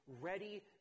ready